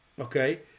okay